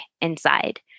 inside